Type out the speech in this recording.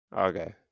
okay